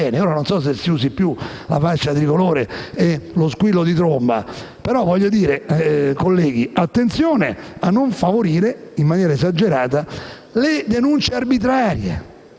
Non so se si usino più la fascia tricolore e lo squillo di tromba, ma, colleghi, attenzione a non favorire in maniera esagerata le denunce arbitrarie.